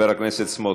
ברכות ליוזמים.